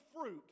fruit